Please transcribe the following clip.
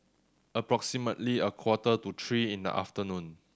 approximately a quarter to three in the afternoon